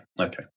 Okay